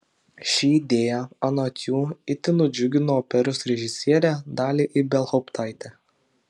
ši idėja anot jų itin nudžiugino operos režisierę dalią ibelhauptaitę